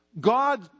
God